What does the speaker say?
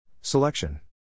Selection